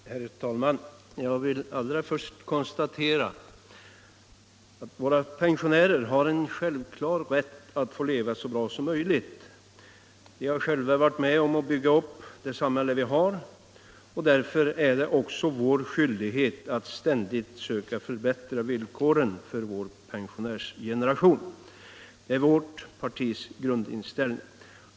Herr talman! Jag vill allra först konstatera att våra pensionärer har en självklar rätt att få leva så bra som möjligt. De har själva varit med om att bygga upp det samhälle vi har. Därför är det också vår skyldighet att ständigt söka förbättra villkoren för vår pensionärsgeneration. Det är vårt partis grundinställning.